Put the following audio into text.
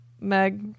Meg